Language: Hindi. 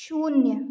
शून्य